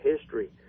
history